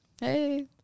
Hey